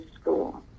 school